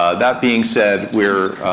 ah that being said, we're